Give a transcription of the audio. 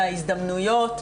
מההזדמנויות,